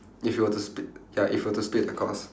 if you were to split ya if you were to split across